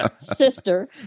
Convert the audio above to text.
sister